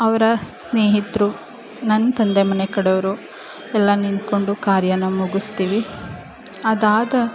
ಅವರ ಸ್ನೇಹಿತರು ನನ್ನ ತಂದೆ ಮನೆ ಕಡೆಯವ್ರು ಎಲ್ಲ ನಿಂತ್ಕೊಂಡು ಕಾರ್ಯನ ಮುಗಿಸ್ತೀವಿ ಅದಾದ